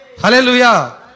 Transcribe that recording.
Hallelujah